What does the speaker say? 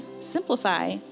simplify